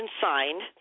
signed